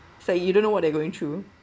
say you don't know what they're going through